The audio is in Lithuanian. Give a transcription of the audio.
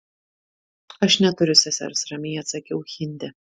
aš neturiu sesers ramiai atsakiau hindi